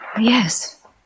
Yes